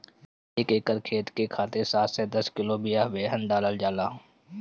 एक एकर खेत के खातिर सात से दस किलोग्राम बिया बेहन डालल जाला?